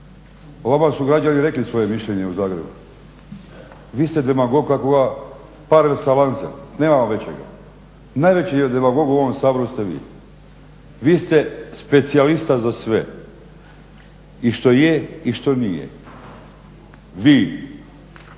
vama su građani rekli svoje mišljenje u Zagrebu. Vi ste demagog kakvoga par excellence nema vam većega. Najveći demagog u ovom Saboru ste vi. Vi ste specijalista za sve i što je i što nije. Vi